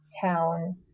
town